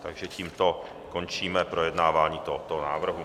Takže tímto končíme projednávání tohoto návrhu.